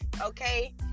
Okay